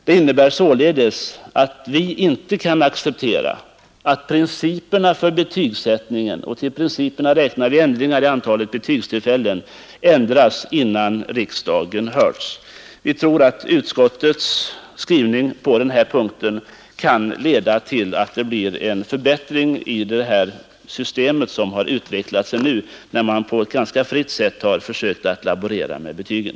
Det innebär således att vi inte kan acceptera att principerna för betygsättningen — och till principerna räknar vi ändringar i antalet betygstillfällen — ändras innan riksdagen hörts. Vi tror att utskottets skrivning på denna punkt kan leda till att det blir en förbättring i det system som har utvecklat sig nu, när man på ett ganska fritt sätt har försökt laborera med betygen.